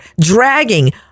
dragging